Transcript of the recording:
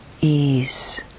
ease